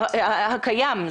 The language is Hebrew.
הקיים,